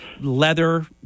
leather